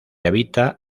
habita